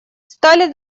стали